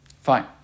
Fine